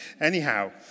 Anyhow